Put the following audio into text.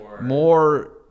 More